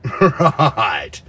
right